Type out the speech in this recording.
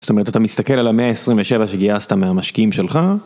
זאת אומרת, אתה מסתכל על ה127 שגייסת מהמשקים שלך.